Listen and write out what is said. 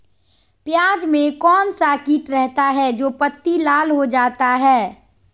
प्याज में कौन सा किट रहता है? जो पत्ती लाल हो जाता हैं